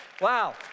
Wow